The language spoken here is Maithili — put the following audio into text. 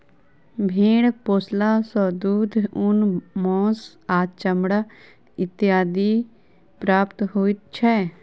भेंड़ पोसला सॅ दूध, ऊन, मौंस आ चमड़ा इत्यादि प्राप्त होइत छै